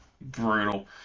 brutal